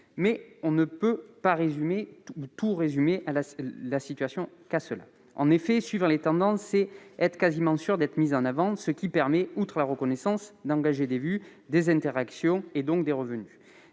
mais on ne peut pas résumer la situation à ce seul exemple. Suivre les tendances, c'est être quasiment assuré d'être mis en avant, ce qui permet, outre la reconnaissance, d'engranger des vues et des interactions, donc des revenus.